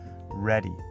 ready